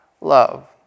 love